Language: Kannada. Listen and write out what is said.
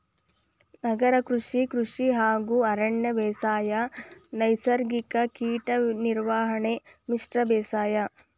ನಗರ ಕೃಷಿ, ಕೃಷಿ ಹಾಗೂ ಅರಣ್ಯ ಬೇಸಾಯ, ನೈಸರ್ಗಿಕ ಕೇಟ ನಿರ್ವಹಣೆ, ಮಿಶ್ರ ಬೇಸಾಯ